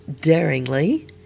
daringly